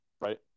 right